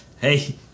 hey